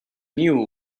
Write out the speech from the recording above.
knew